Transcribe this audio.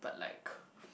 but like